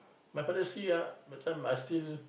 my father see ah that time I still